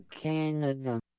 Canada